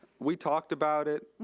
we talked about it.